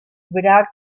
without